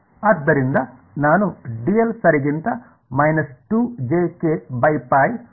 ಆದ್ದರಿಂದ ನಾನು ಸರಿಗಿಂತ ಅನ್ನು ಸಂಯೋಜಿಸಲಿದ್ದೇನೆ